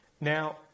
Now